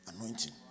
anointing